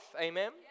Amen